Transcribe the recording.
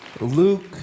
Luke